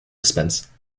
expense